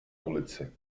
ulici